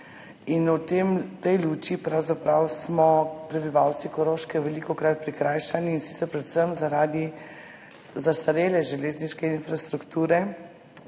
V tej luči smo prebivalci Koroške velikokrat prikrajšani, in sicer predvsem zaradi zastarele železniške infrastrukture,